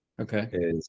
Okay